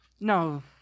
No